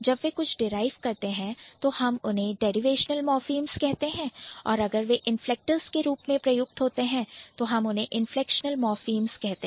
जब वे कुछ डिराइव करते हैं तो हम उन्हें डेरिवेशनल मॉर्फीम्स कहते हैं और अगर वे inflectors इंफ्लेक्टर्स के रूप में प्रयुक्त होते हैं तो हम उन्हें inflectional morphemes इनफ्लेक्शनल मॉर्फीम्स कहते हैं